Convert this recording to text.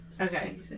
Okay